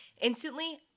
instantly